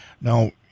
Now